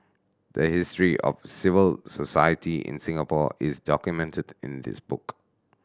the history of civil society in Singapore is documented in this book